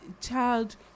child